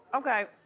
okay,